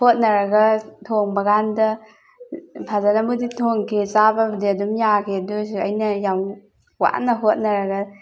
ꯍꯣꯠꯅꯔꯒ ꯊꯣꯡꯕ ꯀꯥꯟꯗ ꯐꯖꯅꯕꯨꯗꯤ ꯊꯣꯡꯈꯤ ꯆꯥꯕꯕꯨꯗꯤ ꯑꯗꯨꯝ ꯌꯥꯈꯤ ꯑꯗꯣꯏꯁꯨ ꯑꯩꯅ ꯌꯥꯝ ꯋꯥꯅ ꯍꯣꯠꯅꯔꯒ